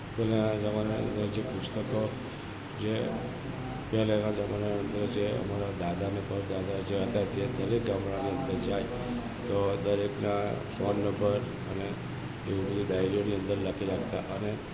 પહેલાંના જમાનાના જે પુસ્તકો જે પહેલાના જમાના અંદર જે અમારા દાદા ને પરદાદા જે હતા તે દરેક ગામડાની અંદર જાય તો દરેકના ફોન નંબર અને તેઓની ડાયરીઓની અંદર લખેલા હતા અને